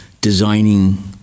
designing